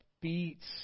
beats